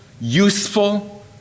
useful